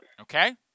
Okay